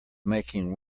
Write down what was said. making